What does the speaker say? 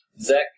Zach